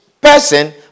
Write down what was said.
person